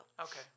Okay